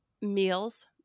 meals